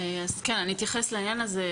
אני אתייחס לעניין הזה.